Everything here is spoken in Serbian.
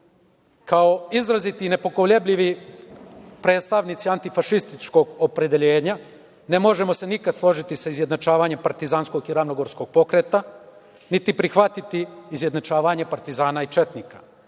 kao izraziti i nepokolebljivi predstavnici antifašističkog opredeljenja, ne možemo se nikad složiti sa izjednačavanjem partizanskog i ravnogorskog pokreta, niti prihvatiti izjednačavanje partizana i četnika. Naravno,